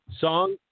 Song